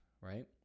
right